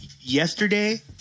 yesterday